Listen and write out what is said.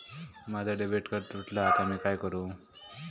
माझा debit card तुटला हा आता मी काय करू?